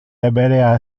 deberea